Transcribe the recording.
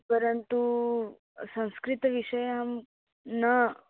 परन्तु संस्कृतविषये अहं न